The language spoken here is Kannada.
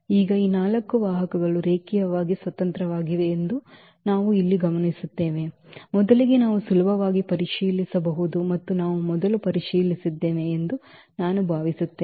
ಈಗ ಈ ವಾಹಕಗಳು ರೇಖೀಯವಾಗಿ ಸ್ವತಂತ್ರವಾಗಿವೆ ಎಂದು ನಾವು ಇಲ್ಲಿ ಗಮನಿಸುತ್ತೇವೆ ಮೊದಲಿಗೆ ನಾವು ಸುಲಭವಾಗಿ ಪರಿಶೀಲಿಸಬಹುದು ಮತ್ತು ನಾವು ಮೊದಲು ಪರಿಶೀಲಿಸಿದ್ದೇವೆ ಎಂದು ನಾನು ಭಾವಿಸುತ್ತೇನೆ